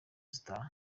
zitaha